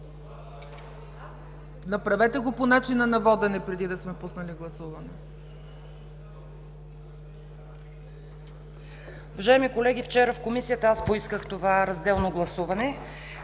Направете го по начина на водене, преди да съм пуснала гласуването.